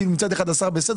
כאילו מצד אחד השר בסדר,